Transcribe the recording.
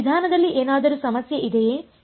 ಈ ವಿಧಾನದಲ್ಲಿ ಏನಾದರೂ ಸಮಸ್ಯೆ ಇದೆಯೇ